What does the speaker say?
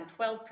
12%